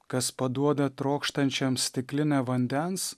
kas paduoda trokštančiam stiklinę vandens